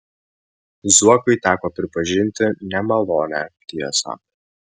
zuokui teko pripažinti nemalonią tiesą